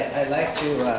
i'd like to